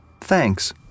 Thanks